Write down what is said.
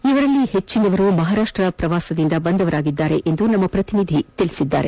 ಇವರಲ್ಲಿ ಹೆಚ್ಚನವರು ಮಹಾರಾಷ್ಟ ಪ್ರವಾಸದಿಂದ ಬಂದವರಾಗಿದ್ದಾರೆಂದು ನಮ್ಮ ಪ್ರತಿನಿಧಿ ವರದಿ ಮಾಡಿದ್ದಾರೆ